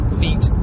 feet